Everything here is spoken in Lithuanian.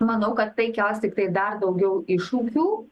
manau kad tai kels tiktai dar daugiau iššūkių